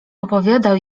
opowiadał